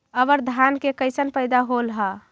अबर धान के कैसन पैदा होल हा?